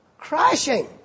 crashing